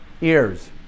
Ears